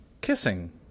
Kissing